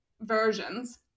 versions